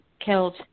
killed